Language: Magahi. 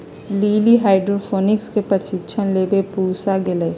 लिली हाइड्रोपोनिक्स के प्रशिक्षण लेवे पूसा गईलय